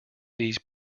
these